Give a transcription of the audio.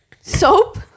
soap